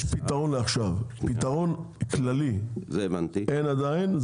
יש פתרון לעכשיו, פתרון כללי אין עדיין.